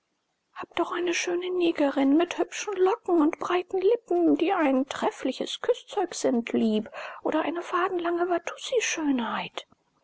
hab doch eine schöne negerin mit hübschen locken und breiten lippen die ein treffliches küßzeug sind lieb oder eine